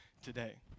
today